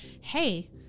hey